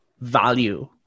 value